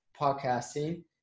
podcasting